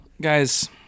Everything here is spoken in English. Guys